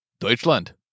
Deutschland